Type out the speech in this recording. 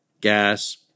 gas